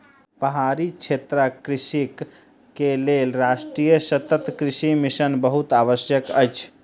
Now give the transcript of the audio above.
पहाड़ी क्षेत्रक कृषक के लेल राष्ट्रीय सतत कृषि मिशन बहुत आवश्यक अछि